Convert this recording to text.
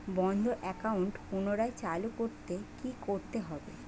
বন্ধ একাউন্ট পুনরায় চালু করতে কি করতে হবে?